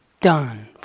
Done